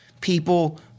people